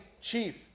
chief